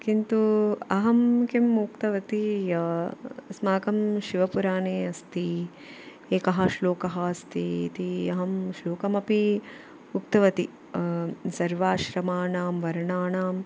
किन्तु अहं किं उक्तवती यत् अस्माकं शिवपुराणे अस्ति एकः श्लोकः अस्ति इति अहं श्लोकमपि उक्तवती सर्वाश्रमाणां वर्णानाम्